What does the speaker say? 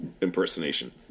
impersonation